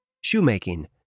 shoemaking